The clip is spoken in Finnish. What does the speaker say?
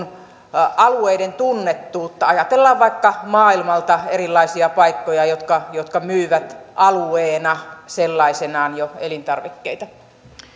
alueiden tunnettuutta ajatellaanpa vaikka maailmalta erilaisia paikkoja jotka jotka myyvät alueena jo sellaisenaan elintarvikkeita